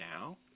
now